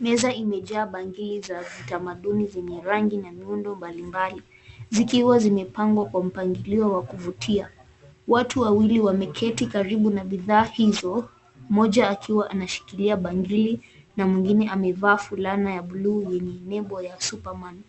Meza imejaa bangili za kitamaduni zenye rangi na miundo mbalimbali, zikiwa zimepangwa kwa mpangilio wa kuvutia. Watu wawili wameketi karibu na bidhaa hizo. Mmoja akiwa anashikilia bangili na mwingine amevaa fulana ya blue yenye nembo ya Superman .